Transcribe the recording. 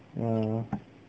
err